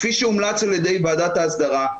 כפי שהומלץ על ידי ועדת ההסדרה.